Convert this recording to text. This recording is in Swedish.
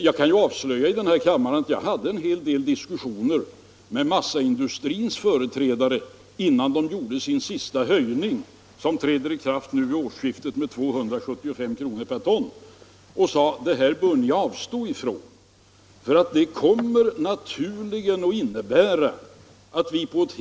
Jag kan avslöja här i kammaren att jag hade en hel del diskussioner med massaindustrins företrädare innan de gjorde sin senaste prishöjning med 275 kronor per ton, som träder i kraft vid årsskiftet. Jag sade till dem: ”Det här bör ni avstå från.